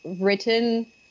written